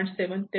7 ते 5